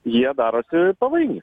jie darosi pavojingi